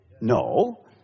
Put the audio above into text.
No